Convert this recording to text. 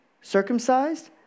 circumcised